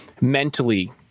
mentally